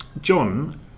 John